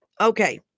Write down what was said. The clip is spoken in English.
Okay